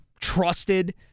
trusted